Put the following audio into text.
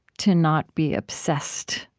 to not be obsessed.